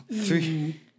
three